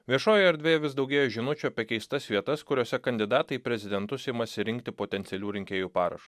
viešojoj erdvėj vis daugėja žinučių apie keistas vietas kuriose kandidatai į prezidentus imasi rinkti potencialių rinkėjų parašų